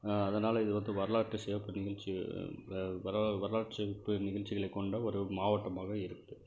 அதனால் இதுவந்து வரலாற்றுச் சிறப்பு நிகழ்ச்சி வரலாற்று சிறப்பு நிகழ்ச்சிகளைக் கொண்ட ஒரு மாவட்டமாக இருக்குது